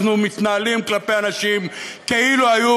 אנחנו מתנהלים כלפי אנשים כאילו היו